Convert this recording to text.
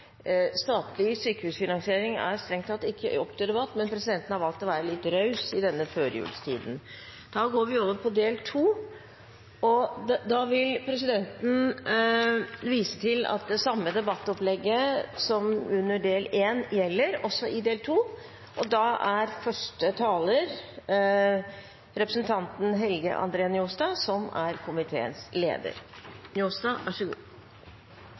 Statlig sykehusfinansiering er strengt tatt ikke oppe til debatt, men presidenten har valgt å være litt raus i denne førjulstiden. Da går vi over til del 2. Presidenten vil vise til at her gjelder samme debattopplegg som under del 1. Første taler er Helge André Njåstad, som er komiteens leder. Det er hyggjeleg at presidenten er